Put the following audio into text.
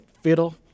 fiddle